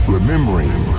Remembering